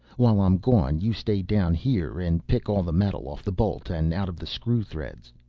while i'm gone you stay down here and pick all the metal off the bolt and out of the screw threads.